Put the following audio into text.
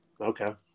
okay